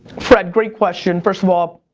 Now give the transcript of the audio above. fred, great question. first of all,